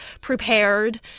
prepared